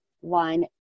one